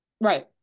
right